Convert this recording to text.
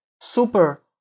super